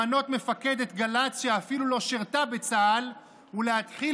למנות מפקדת גל"צ שאפילו לא שירתה בצה"ל ולהתחיל